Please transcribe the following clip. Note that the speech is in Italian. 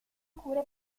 cure